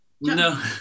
No